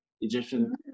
Egyptian